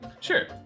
Sure